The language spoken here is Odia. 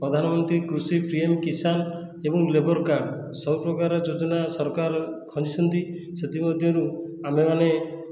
ପ୍ରଧାନମନ୍ତ୍ରୀ କୃଷି ପିଏମ କିଷାନ ଏବଂ ଲେବର୍ କାର୍ଡ଼ ସବୁପ୍ରକାର ଯୋଜନା ସରକାର ଖଞ୍ଜିଛନ୍ତି ସେଥିମଧ୍ୟରୁ ଆମେ ମାନେ